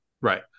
Right